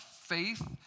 faith